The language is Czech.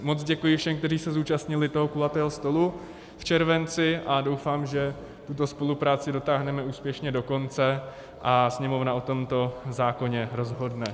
Moc děkuji všem, kteří se zúčastnili toho kulatého stolu v červenci, a doufám, že tuto spolupráci dotáhneme úspěšně do konce a Sněmovna o tomto zákoně rozhodne.